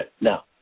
Now